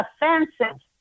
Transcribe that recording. offensive